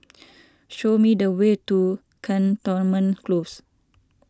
show me the way to Cantonment Close